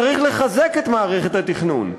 צריך לחזק את מערכת התכנון.